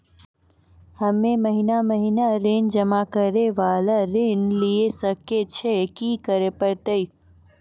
हम्मे महीना महीना ऋण जमा करे वाला ऋण लिये सकय छियै, की करे परतै?